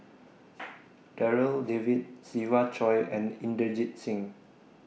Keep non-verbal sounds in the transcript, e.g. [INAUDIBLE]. [NOISE] Darryl David Siva Choy and Inderjit Singh